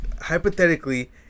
Hypothetically